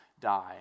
die